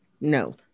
no